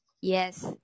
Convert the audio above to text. Yes